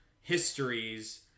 histories